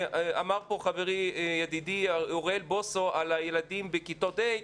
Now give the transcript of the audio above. דיבר כאן ידידי אוראל בוסו בכיתות ה'.